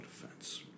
defense